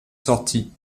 sortie